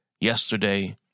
Yesterday